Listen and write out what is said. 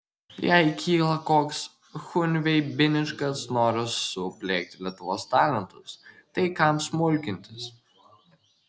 jei kyla toks chunveibiniškas noras supliekti lietuvos talentus tai kam smulkintis